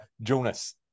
jonas